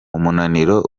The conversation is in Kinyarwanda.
umunaniro